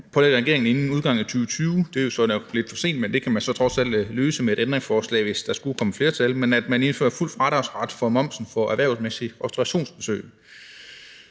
regeringen inden udgangen af 2020 – det er jo nok lidt for sent, men det kan man så trods alt løse med et ændringsforslag, hvis der skulle komme et flertal – at der indføres fuld fradragsret for momsen for erhvervsmæssige restaurationsbesøg.